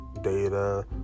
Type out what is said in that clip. data